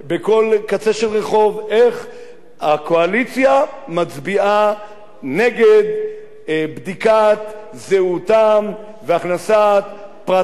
איך הקואליציה מצביעה נגד בדיקת זהותם והכנסת פרטיהם של המסתננים